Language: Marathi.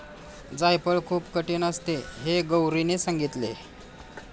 जायफळ खूप कठीण असते हे गौरीने सांगितले